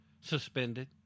suspended